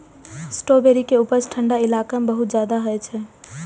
strawberry के उपज ठंढा इलाका मे बहुत ज्यादा होइ छै